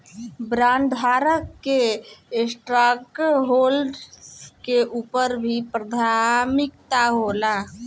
बॉन्डधारक के स्टॉकहोल्डर्स के ऊपर भी प्राथमिकता होला